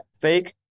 fake